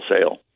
sale